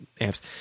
amps